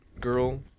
girl